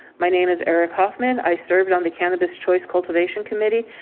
my name is eric hoffman. i served on the cannabis choice cultivation committee,